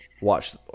watch